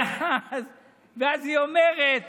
אז היא אומרת